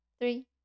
Three